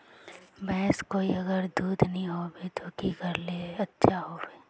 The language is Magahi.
भैंस कोई अगर दूध नि होबे तो की करले ले अच्छा होवे?